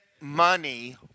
money